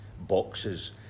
boxes